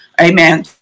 Amen